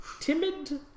timid